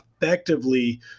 effectively